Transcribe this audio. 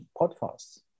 podcasts